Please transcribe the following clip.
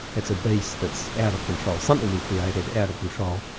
it's a beast that's out of control, something we created out of control,